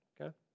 Okay